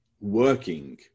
working